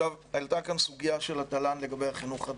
עלתה כאן הסוגיה של התל"ן לגבי החינוך הדתי.